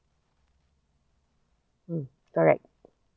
mm correct